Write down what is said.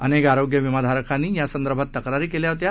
अनेकआरोग्यविमाधारकांनीयासंदर्भाततक्रारीकेल्याहोत्या